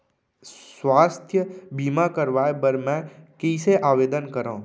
स्वास्थ्य बीमा करवाय बर मैं कइसे आवेदन करव?